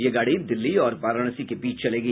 यह गाड़ी दिल्ली और वाराणसी के बीच चलेगी